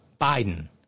Biden